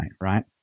right